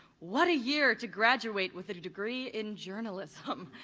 what a year to graduate with a degree in journalism.